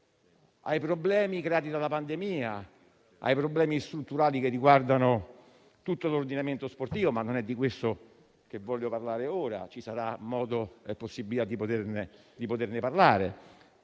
ai problemi creati dalla pandemia e a quelli strutturali che riguardano tutto l'ordinamento sportivo, ma non è di questo che voglio parlare ora; ci sarà modo e possibilità di poterne parlare.